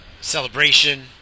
celebration